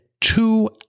two